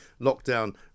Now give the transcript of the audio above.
lockdown